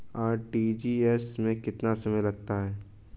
RTGS में कितना समय लगता है?